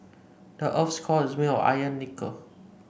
the earth's core is made of iron and nickel